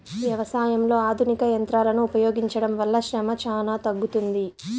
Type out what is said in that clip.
వ్యవసాయంలో ఆధునిక యంత్రాలను ఉపయోగించడం వల్ల శ్రమ చానా తగ్గుతుంది